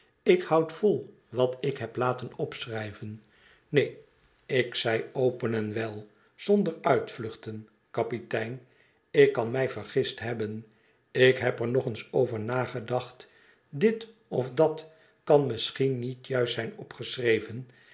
ik houd vol wat ik heb laten opschrijven neen ik zei open en wel zonder uitvluchten kapitein tik kan mij vergist hebben ik heb er nog eens over nagedacht dit of dat kan misschien niet juist zijn opgeschreven